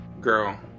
girl